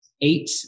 eight